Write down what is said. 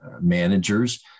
managers